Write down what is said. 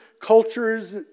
cultures